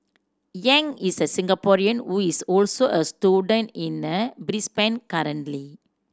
Yang is a Singaporean who is also a student in a Brisbane currently